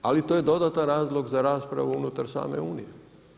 Ali to je dodatan razlog za raspravu unutar same Unije.